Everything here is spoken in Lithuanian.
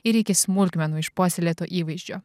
ir iki smulkmenų išpuoselėto įvaizdžio